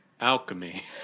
alchemy